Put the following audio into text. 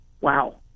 wow